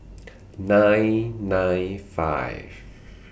nine nine five